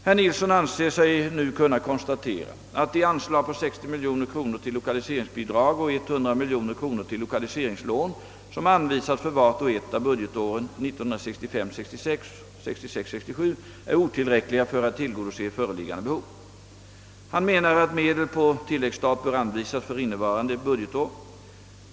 Herr Nilsson anser sig nu kunna konstatera att de anslag på 60 miljoner kronor till lokaliseringsbidrag och 100 miljoner kronor till lokaliseringslån som anvisats för vart och ett av budgetåren 1965 67 är otillräckliga för att tillgodose föreliggande behov. Han menar att medel på tilläggsstat bör anvisas för innevarande budgetår.